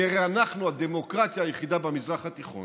כי הרי אנחנו הדמוקרטיה היחידה במזרח התיכון